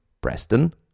Preston